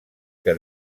que